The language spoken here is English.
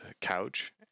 couch